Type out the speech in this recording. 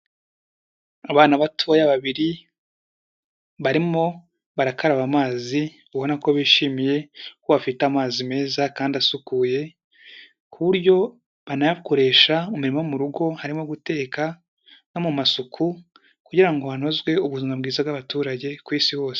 Abana batoya babiri barimo barakaraba amazi, ubona ko bishimiye ko bafite amazi meza kandi asukuye. Ku buryo banayakoresha mu mirimo yo mu rugo, harimo guteka no mu masuku. Kugira ngo hanozwe ubuzima bwiza bw'abaturage ku isi hose.